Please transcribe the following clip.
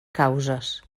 causes